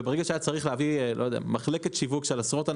וברגע שהיה צריך להביא מחלקת שיווק של עשרות אנשים,